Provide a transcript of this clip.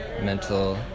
mental